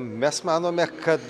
mes manome kad